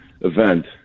event